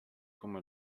como